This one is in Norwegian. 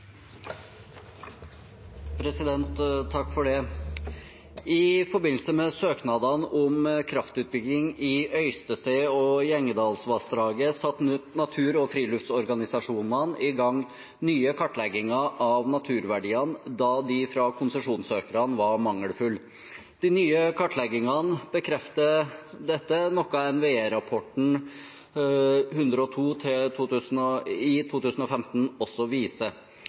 forbindelse med søknadene om kraftutbygging i Øystese- og Gjengedalsvassdraget satte natur- og friluftsorganisasjonene i gang nye kartlegginger av naturverdiene, da de fra konsesjonssøkerne var mangelfulle. De nye kartleggingene bekreftet dette, noe